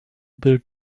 build